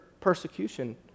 persecution